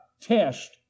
test